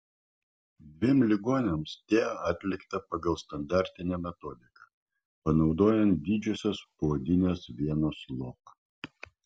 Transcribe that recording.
dviem ligoniams tea atlikta pagal standartinę metodiką panaudojant didžiosios poodinės venos lopą